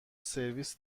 سرویس